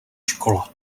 škola